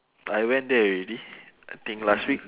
I went there already I think last week